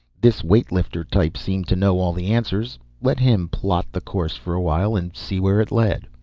this weight-lifter type seemed to know all the answers. let him plot the course for a while and see where it led.